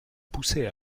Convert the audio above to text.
poussait